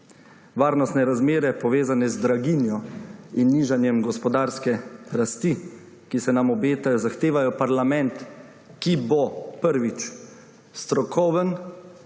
Varnostne razmere, povezane z draginjo in nižanjem gospodarske rasti, ki se nam obetajo, zahtevajo parlament, ki bo, prvič, strokoven